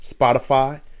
Spotify